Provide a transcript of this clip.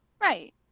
Right